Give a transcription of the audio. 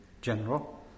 general